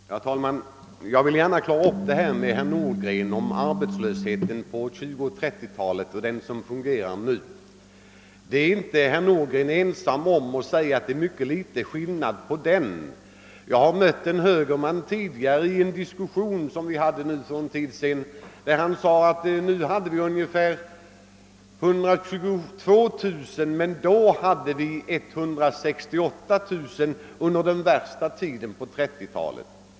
Herr talman! Jag vill för herr Nordgren gärna klara upp frågan om arbetslösheten på 1920 och 1930-talen jämförd med dagens. Herr Nordgren är inte ensam om att påstå att det är mycket liten skillnad härvidlag. Jag mötte en högerman i en diskussion för en tid sedan, som sade att det för närvarande finns ungefär 122 000 arbetslösa mot 168 000 när det var som värst på 1930-talet.